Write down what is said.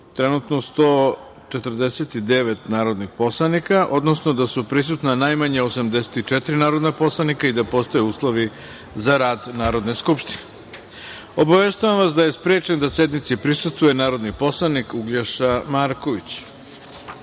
trenutno 149 narodnih poslanika, odnosno da su prisutna najmanje 84 narodna poslanika i da postoje uslovi za rad Narodne skupštine. Obaveštavam vas da je sprečen da sednici prisustvuje narodni poslanik Uglješa